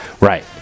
right